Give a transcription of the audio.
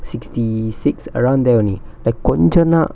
sixty six around there only like கொஞ்சந்தா:konjanthaa